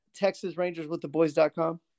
TexasRangersWithTheBoys.com